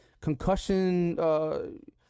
concussion